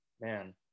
man